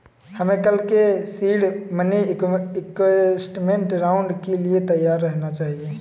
हमें कल के सीड मनी इन्वेस्टमेंट राउंड के लिए तैयार रहना चाहिए